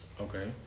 Okay